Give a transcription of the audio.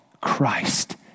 Christ